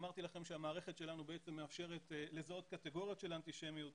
אמרתי לכם שהמערכת שלנו מאפשרת לזהות קטגוריות של אנטישמיות.